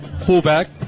fullback